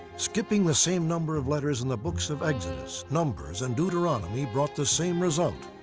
skipping the same number of letters in the books of exodus, numbers, and deuteronomy, brought the same result.